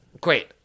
Great